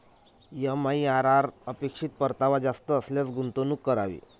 MIRR अपेक्षित परतावा जास्त असल्यास गुंतवणूक करावी